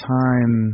time